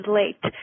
late